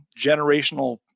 generational